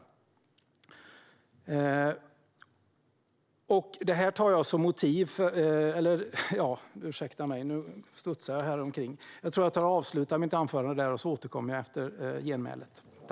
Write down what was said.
Ursäkta mig - nu studsar jag omkring. Jag avslutar mitt anförande här och återkommer efter genmälet.